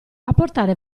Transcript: apportare